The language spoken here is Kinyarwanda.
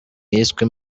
yiswe